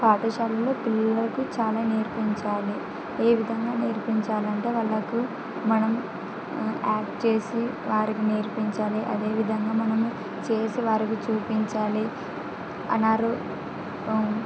పాఠశాలలో పిల్లలకు చాలా నేర్పించాలి ఏ విధంగా నేర్పించాలంటే వాళ్ళకు మనం యాక్ట్ చేసి వారికి నేర్పించాలి అదేవిధంగా మనము చేసి వారికి చూపించాలి అనరు